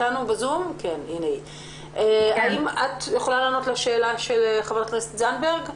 האם את יכולה לענות לשאלה של חברת הכנסת זנדברג?